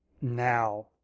now